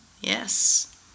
Yes